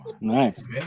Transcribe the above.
nice